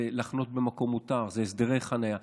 זה לחנות במקום מותר, זה הסדרי חניה.